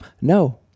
No